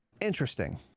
interesting